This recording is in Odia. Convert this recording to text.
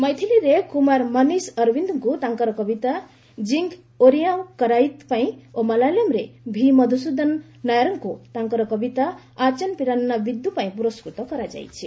ମୈଥିଲିରେ କୁମାର ମନିଶ ଅରବୀନ୍ଦଙ୍କୁ ତାଙ୍କର କବିତା 'ଜିଙ୍ଗିକ୍ ଓରିଆଓଁ କରାଇତ୍' ପାଇଁ ଓ ମାଲାୟଲମରେ ଭି ମଧୁସ୍ତଦନନ ନାୟାରଙ୍କୁ ତାଙ୍କର କବିତା 'ଆଚନ୍ ପିରାନ୍ନା ବୀଦୁ' ପାଇଁ ପୁରସ୍କୃତ କରାଯାଇଛି